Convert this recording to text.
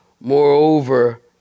Moreover